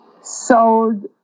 sold